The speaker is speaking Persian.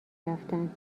رفتند